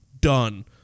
Done